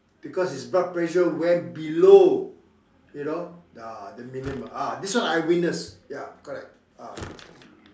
because his blood pressure went below you know ah the minimum ah this one I witness ya correct ah